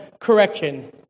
correction